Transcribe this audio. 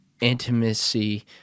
intimacy